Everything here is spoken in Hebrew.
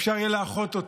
אפשר יהיה לאחות אותו,